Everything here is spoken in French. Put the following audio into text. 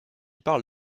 parle